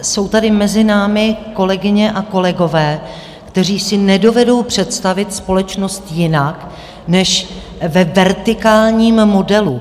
Jsou tady mezi námi kolegyně a kolegové, kteří si nedovedou představit společnost jinak než ve vertikálním modelu.